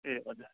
ए हजुर